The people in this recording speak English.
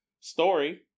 story